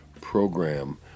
program